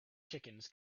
chickens